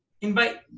Invite